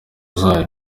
zayo